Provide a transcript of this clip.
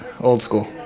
old-school